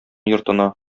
йортына